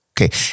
okay